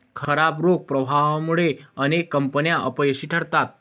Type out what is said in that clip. खराब रोख प्रवाहामुळे अनेक कंपन्या अपयशी ठरतात